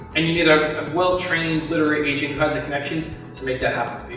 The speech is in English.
and you need a well trained literary agent, because of connections, to make that happen